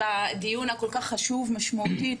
על הדיון הכל כך חשוב ומשמעותי.